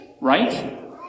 Right